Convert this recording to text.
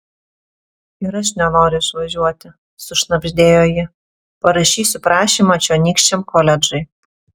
ir aš nenoriu išvažiuoti sušnabždėjo ji parašysiu prašymą čionykščiam koledžui